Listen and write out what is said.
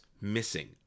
missing